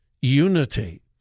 unity